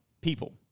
people